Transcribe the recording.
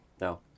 No